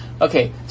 okay